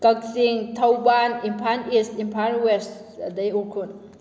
ꯀꯛꯆꯤꯡ Thoubal Imphal east Imphal west ꯑꯗꯩ ꯎꯈ꯭ꯔꯨꯜ